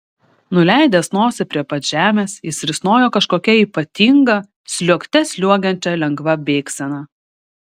nuleidęs nosį prie pat žemės jis risnojo kažkokia ypatinga sliuogte sliuogiančia lengva bėgsena